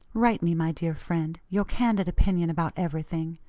write me, my dear friend, your candid opinion about everything.